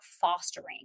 fostering